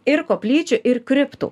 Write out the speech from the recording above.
ir koplyčių ir kriptų